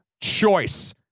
choice